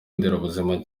nderabuzima